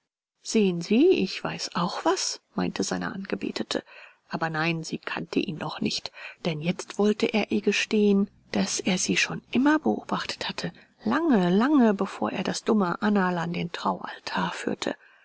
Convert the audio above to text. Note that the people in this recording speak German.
sehen sie ich weiß auch was meinte seine angebetete aber nein sie kannte ihn noch nicht denn jetzt wollte er ihr gestehen daß er sie schon immer beobachtet hatte lange lange bevor er das dumme annerl an den traualtar führte